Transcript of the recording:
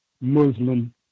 Muslim